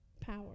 power